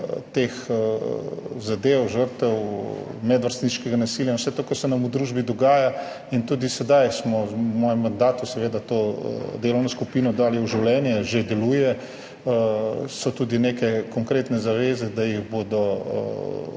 teh zadev, žrtev medvrstniškega nasilja in vsega tega, kar se nam v družbi dogaja. Tudi sedaj smo v mojem mandatu to delovno skupino dali v življenje, že deluje. So tudi neke konkretne zaveze, da jih bodo